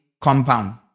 compound